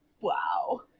Wow